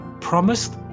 promised